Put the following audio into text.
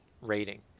rating